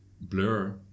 Blur